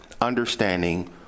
understanding